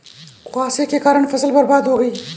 कुहासे के कारण फसल बर्बाद हो गयी